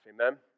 Amen